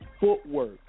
Footwork